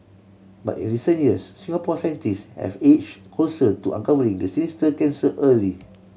but in recent years Singapore scientists have edged closer to uncovering the sinister cancer early